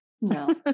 No